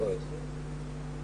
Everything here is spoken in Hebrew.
אנחנו לא מצליחים לשמוע את ענת לבנת.